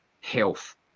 health